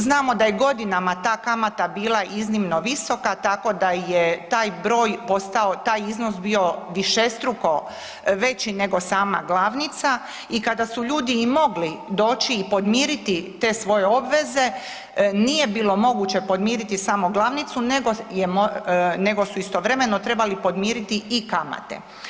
Znamo da je godinama ta kamata bila iznimno visoka, tako da je taj broj postao, taj iznos bio višestruko veći nego sama glavnica i kada su ljudi i mogli doći i podmiriti te svoje obveze nije bilo moguće podmiriti samo glavnicu nego je, nego su istovremeno trebali podmiriti i kamate.